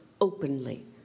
openly